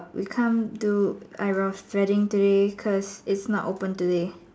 we can't do eyebrows threading today cause it's not open today